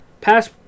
Pass